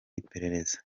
iperereza